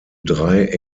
drei